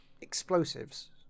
explosives